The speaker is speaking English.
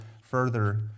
further